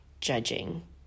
judging